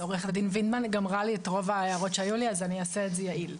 עו"ד וינדמן אמרה את רוב ההערות שהיו לי אז אני אעשה את זה יעיל.